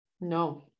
no